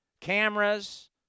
cameras